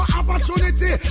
opportunity